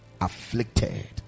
afflicted